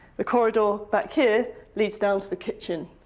the corridor back here leads down to the kitchen.